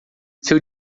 seu